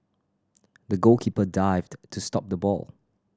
the goalkeeper dived to stop the ball